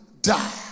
die